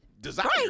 desire